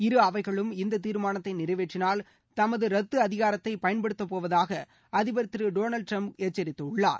இரு அவைகளும் இந்த தீர்மானத்தை நிறைவேற்றினால் தமது அதிகாரத்தை ரத்து பயன்படுத்தப்போவதாக அதிபர் திரு டொனால்டு டிரம்ப் எச்சரித்துள்ளார்